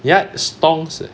yea stonks